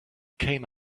came